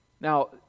Now